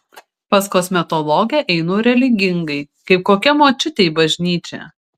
pas kosmetologę einu religingai kaip kokia močiutė į bažnyčią